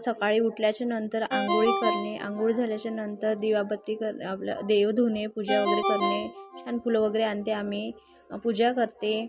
सकाळी उठल्याच्या नंतर अंघोळी करणे अंघोळी झाल्याच्या नंतर दिवाबत्ती करण आपलं देव धुणे पूजा वगैरे करणे छान फुलं वगैरे आणते अम्मी पूजा करते